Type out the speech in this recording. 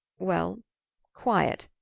well quiet.